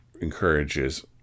encourages